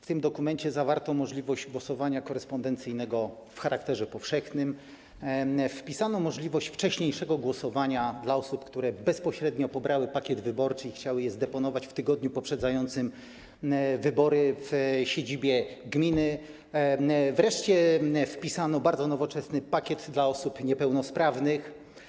W tym dokumencie zawarto możliwość głosowania korespondencyjnego w charakterze powszechnym, wpisano możliwość wcześniejszego głosowania dla osób, które bezpośrednio pobrały pakiet wyborczy i chciały go zdeponować w tygodniu poprzedzającym wybory w siedzibie gminy, wreszcie wpisano bardzo nowoczesny pakiet dla osób niepełnosprawnych.